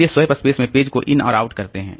इसलिए swap space में page को इन और आउट करते हैं